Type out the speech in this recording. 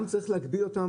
גם צריך להגביל אותם